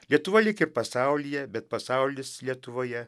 lietuva lyg ir pasaulyje bet pasaulis lietuvoje